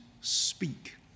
speak